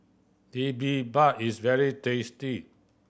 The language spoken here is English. bibimbap is very tasty